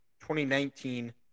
2019